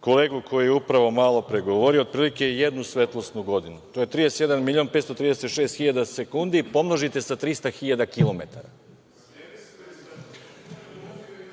kolegu koji je upravo malopre govorio, otprilike jednu svetlosnu godinu, to je 31.536.000 sekundi, pomnožite sa 300 hiljada kilometara.